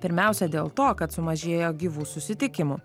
pirmiausia dėl to kad sumažėjo gyvų susitikimų